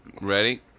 Ready